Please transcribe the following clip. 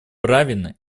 правильно